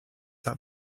that